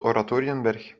oratoriënberg